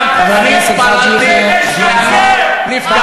אתה פשוט משקר, אתה פשוט משקר, אתה משקר,